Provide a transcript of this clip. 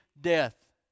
death